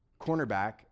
cornerback